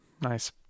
nice